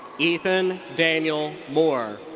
ethan daniel moore.